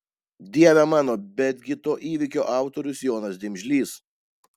dieve mano betgi to įvykio autorius jonas dimžlys